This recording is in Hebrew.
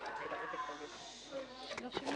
פנינו